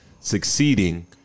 succeeding